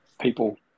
people